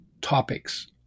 topics